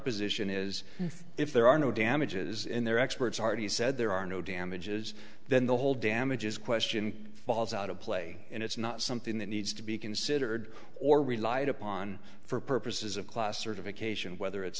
position is if there are no damages in their experts artie said there are no damages then the whole damages question falls out of play and it's not something that needs to be considered or relied upon for purposes of class certification whether it's